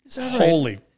Holy